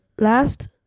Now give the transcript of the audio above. last